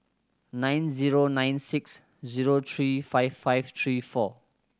nine zero nine six zero three five five three four